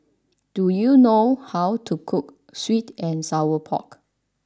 do you know how to cook Sweet and Sour Pork